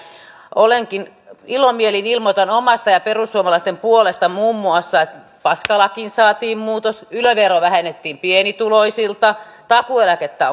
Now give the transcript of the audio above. ilomielin ilmoitan omasta ja perussuomalaisten puolesta muun muassa että paskalakiin saatiin muutos yle veroa vähennettiin pienituloisilta takuueläkettä